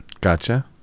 Gotcha